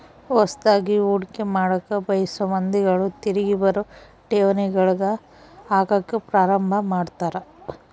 ಹೊಸದ್ಗಿ ಹೂಡಿಕೆ ಮಾಡಕ ಬಯಸೊ ಮಂದಿಗಳು ತಿರಿಗಿ ಬರೊ ಠೇವಣಿಗಳಗ ಹಾಕಕ ಪ್ರಾರಂಭ ಮಾಡ್ತರ